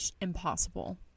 Impossible